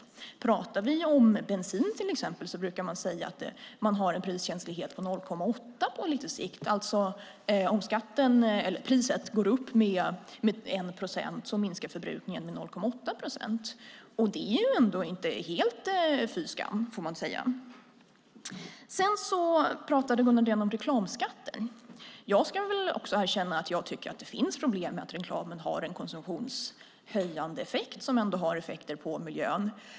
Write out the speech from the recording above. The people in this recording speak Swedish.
Man brukar säga att bensin, till exempel, har en priskänslighet på 0,8 på lite sikt. Om priset går upp med 1 procent minskar alltså förbrukningen med 0,8 procent. Det är ändå inte helt fy skam, får man väl säga. Gunnar Andrén pratade om reklamskatten. Jag ska erkänna att jag tycker att det finns problem med reklamens konsumtionshöjande effekt, vilket har effekter på miljön.